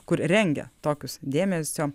kur rengia tokius dėmesio